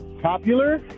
popular